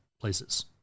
places